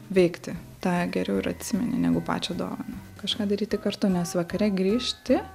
veikti tą geriau ir atsimeni negu pačią dovaną kažką daryti kartu nes vakare grįžti